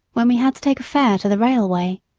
when we had to take a fare to the railway.